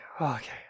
Okay